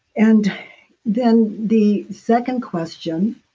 and then the second question,